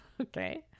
Okay